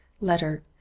letter